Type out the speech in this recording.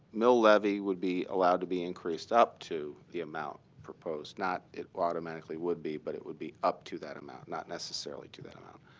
mill levy would be allowed to be increased up to the amount proposed, not it automatically would be, but it would be up to that amount, not necessarily to that amount.